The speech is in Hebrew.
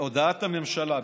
הודעת הממשלה,